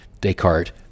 Descartes